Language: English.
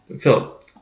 Philip